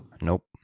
Nope